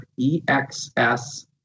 exs